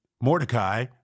Mordecai